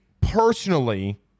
personally